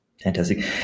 Fantastic